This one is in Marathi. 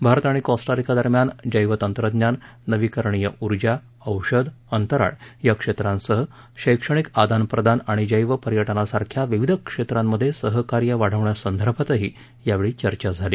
भारत आणि कोस्टारिका दरम्यान जैव तंत्रज्ञान नवीकरणीय ऊर्जा औषध अंतराळ या क्षेत्रांसह शैक्षणिक आदानप्रदान आणि जैव पर्यटना सारख्या विविध क्षेत्रांमध्ये सहकार्य वाढवण्यासंदर्भातही यावेळी चर्चा झाली